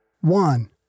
One